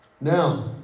Now